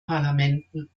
parlamenten